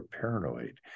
paranoid